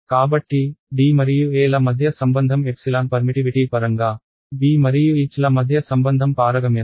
కాబట్టి D మరియు E ల మధ్య సంబంధం ఎప్సిలాన్ పర్మిటివిటీ పరంగా B మరియు H ల మధ్య సంబంధం పారగమ్యత